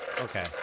Okay